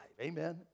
Amen